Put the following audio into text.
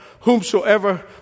whomsoever